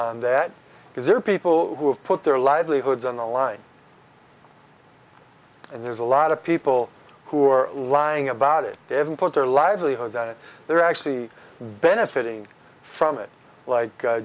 on that because there are people who have put their livelihoods on the line and there's a lot of people who are lying about it they haven't put their livelihoods they're actually benefiting from it like